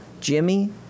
Jimmy